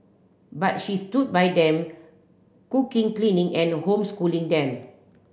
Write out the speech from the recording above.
but she stood by them cooking cleaning and homeschooling them